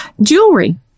jewelry